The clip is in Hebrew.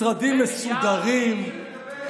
משרדים מסודרים,